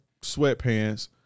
sweatpants